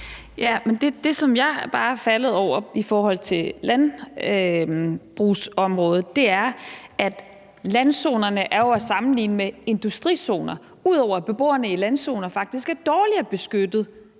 Det, som jeg bare er faldet over i forhold til landbrugsområdet, er, at landzonerne jo er at sammenligne med industrizoner, ud over at beboerne i landzoner faktisk er dårligere beskyttet